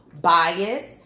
bias